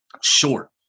short